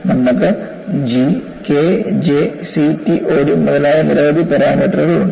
നമുക്ക് G K J CTOD മുതലായ നിരവധി പാരാമീറ്ററുകൾ ഉണ്ട്